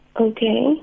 Okay